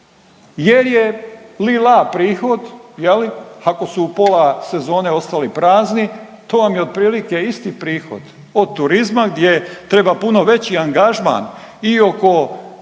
jer je li-la prihod. Ako su u pola sezone ostali prazni to vam je otprilike isti prihod od turizma gdje treba puno veći angažman i oko prihvata